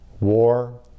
war